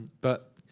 but